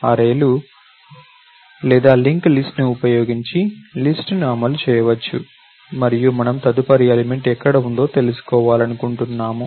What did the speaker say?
అర్రేలు లేదా link list ను ఉపయోగించి లిస్ట్ ను అమలు చేయవచ్చు మరియు మనము తదుపరి ఎలిమెంట్ ఎక్కడ ఉందో తెలుసుకోవాలనుకుంటున్నాము